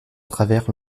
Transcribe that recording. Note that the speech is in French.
travers